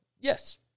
Yes